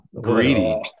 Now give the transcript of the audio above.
Greedy